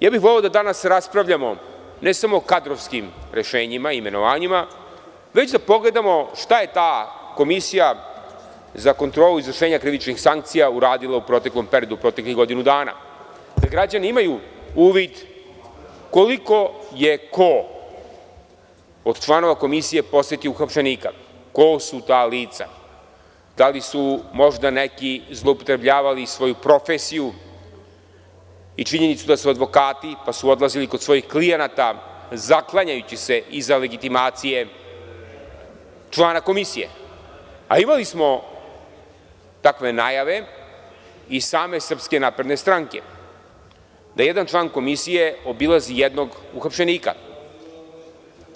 Voleo bih da danas raspravljamo, ne samo o kadrovskim rešenjima i imenovanjima, već da pogledamo šta je ta Komisija za kontrolu izvršenja krivičnih sankcija uradila u proteklom periodu, u proteklih godinu dana, da građani imaju uvid koliko je ko od članova Komisije posetio uhapšenika, ko su ta lica, da li su možda neki zloupotrebljavali svoju profesiju i činjenicu da su advokati, pa su odlazili kod svojih klijenata, zaklanjajući se iza legitimacije člana Komisije, a imali smo takve najave i same SNS da jedan član Komisije obilazi jednog uhapšenika